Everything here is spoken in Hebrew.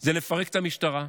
הוא לפרק את המשטרה,